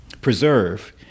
preserve